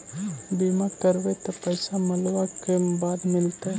बिमा करैबैय त पैसा मरला के बाद मिलता?